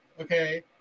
okay